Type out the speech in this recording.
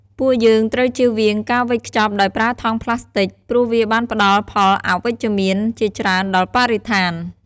ពួកយើងត្រូវជៀសវាងការវេចខ្ចប់ដោយប្រើថង់ប្លាស្ទិកព្រោះវាបានផ្ដល់ផលអវិជ្ជមានជាច្រើនដល់បរិស្ថាន។